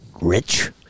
rich